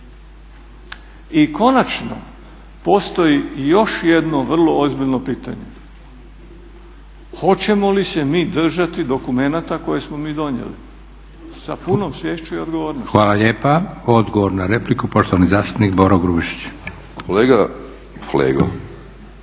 I konačno, postoji još jedno vrlo ozbiljno pitanje. Hoćemo li se mi držati dokumenata koje smo mi donijeli sa punom sviješću i odgovornošću? **Leko, Josip (SDP)** Hvala lijepa. Odgovor na repliku, poštovani zastupnik Boro Grubišić.